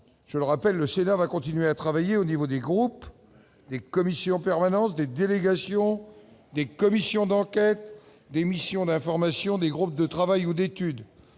Pour autant, le Sénat continuera à travailler au sein des groupes, des commissions permanentes, des délégations, des commissions d'enquête, des missions d'information, des groupes de travail ou d'études,